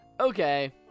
Okay